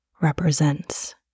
represents